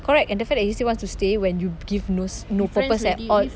correct and the fact that he still wants to stay when you give nos no purpose at all